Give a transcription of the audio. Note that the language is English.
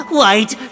white